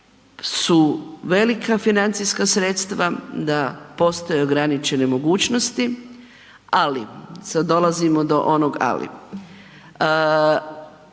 su velika financijska sredstva, da postoje ograničene mogućnosti, ali sada dolazimo do onog ali.